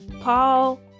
Paul